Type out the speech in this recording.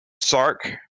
Sark